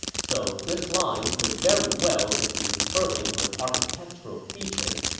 so this line could very well just be referring to an architectural feature,